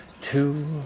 Two